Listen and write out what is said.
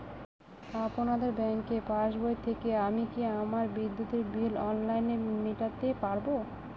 আপনাদের ব্যঙ্কের পাসবই থেকে আমি কি আমার বিদ্যুতের বিল অনলাইনে মেটাতে পারবো?